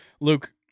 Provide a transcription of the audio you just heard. Luke